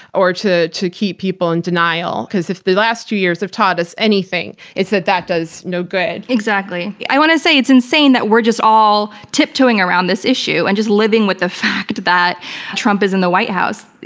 or to to keep people in denial. because if the last two years have taught us anything, it's that that does no good. exactly. i want to say it's insane that we're just all tiptoeing around this issue, and just living with the fact that trump is in the white house.